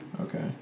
Okay